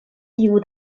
tiu